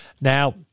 Now